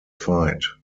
fight